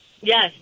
Yes